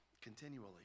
continually